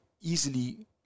easily